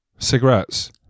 Cigarettes